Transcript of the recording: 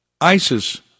ISIS